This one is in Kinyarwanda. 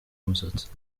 umusatsi